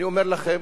אני אומר לכם,